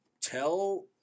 tell